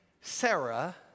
Sarah